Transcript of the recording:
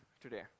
today